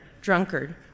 drunkard